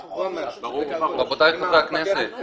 רבותי חברי הכנסת,